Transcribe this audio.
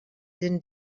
din